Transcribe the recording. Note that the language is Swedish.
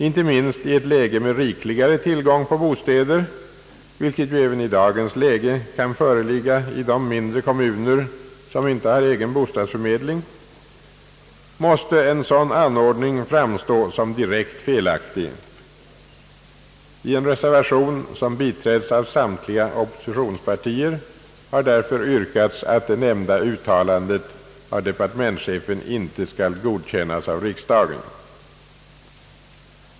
Inte minst i ett läge med rikligare tillgång på bostäder — vilket ju även i dagens läge kan föreligga i de mindre kommuner som inte har egen bostadsförmedling — måste en sådan anordning framstå som direkt felaktig. I en reservation, som biträtts av samtliga oppositionspartier, har därför yrkats att det nämnda uttalandet inte skall godkännas av riksdagen.